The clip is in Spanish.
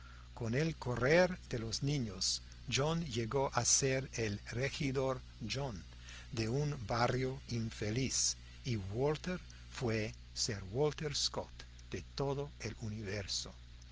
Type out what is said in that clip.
con el correr de los años john llegó a ser el regidor john de un barrio infeliz y walter fue sir walter scott de todo el universo